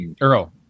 Earl